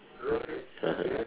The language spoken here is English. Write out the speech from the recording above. (uh huh)